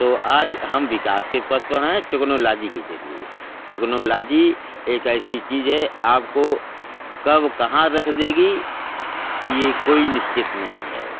तो आज हम विकास के पथ पर हैं टेक्नोलाजी के ज़रिए टेक्नोलाजी एक ऐसी चीज़ है आपको कब कहाँ रख देगी ये कोई निश्चित नहीं है